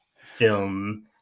film